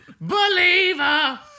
believer